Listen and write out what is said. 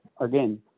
again